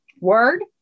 Word